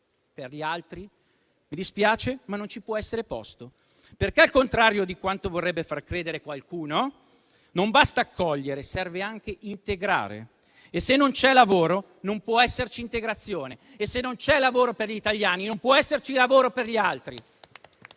Per gli altri mi dispiace, ma non ci può essere posto, perché, al contrario di quanto vorrebbe far credere qualcuno, non basta accogliere, ma serve anche integrare. E, se non c'è lavoro, non può esserci integrazione; se non c'è lavoro per gli italiani, non può essercene per gli altri.